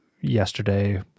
yesterday